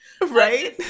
right